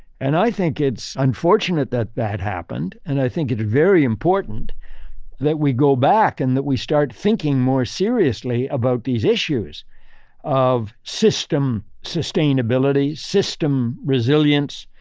and i think it's unfortunate that that happened. and i think it's very important that we go back and that we start thinking more seriously about these issues of system sustainability, system resilience,